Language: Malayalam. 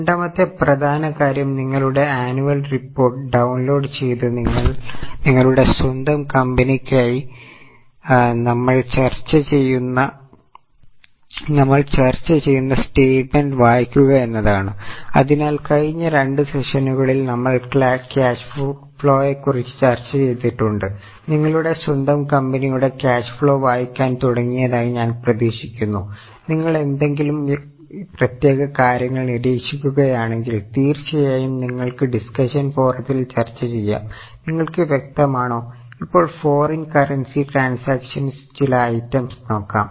രണ്ടാമത്തെ പ്രധാന കാര്യം നിങ്ങളുടെ ആനുവൽ റിപ്പോർട്ട് ചില ഐറ്റംസ് നോക്കാം